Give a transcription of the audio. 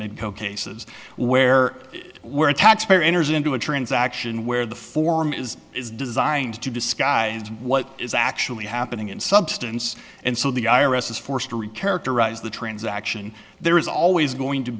may go cases where where a taxpayer enters into a transaction where the form is is designed to disguise what is actually happening in substance and so the i r s is forced to recur to rise the transaction there is always going to